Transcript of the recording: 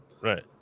right